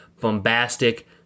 bombastic